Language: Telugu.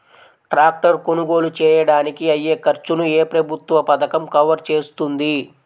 ట్రాక్టర్ కొనుగోలు చేయడానికి అయ్యే ఖర్చును ఏ ప్రభుత్వ పథకం కవర్ చేస్తుంది?